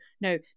no